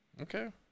Okay